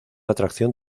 atracción